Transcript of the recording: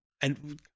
And-